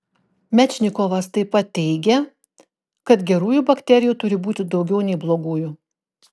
mečnikovas taip pat teigė kad gerųjų bakterijų turi būti daugiau nei blogųjų